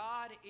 God